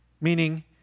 Meaning